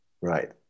Right